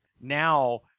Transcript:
now